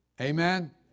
Amen